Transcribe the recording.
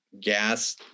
gas